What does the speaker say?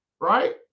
right